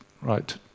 Right